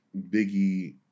Biggie